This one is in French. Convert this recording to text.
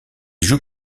joue